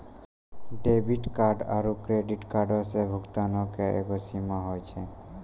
debit card आरू credit कार्डो से भुगतानो के एगो सीमा होय छै